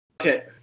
Okay